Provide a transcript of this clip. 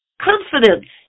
confidence